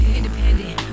Independent